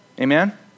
Amen